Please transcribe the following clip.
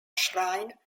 shrine